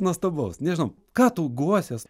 nuostabaus nežinau ką tu guosies